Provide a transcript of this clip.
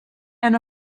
and